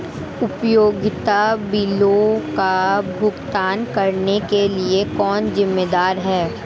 उपयोगिता बिलों का भुगतान करने के लिए कौन जिम्मेदार है?